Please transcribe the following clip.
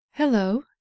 Hello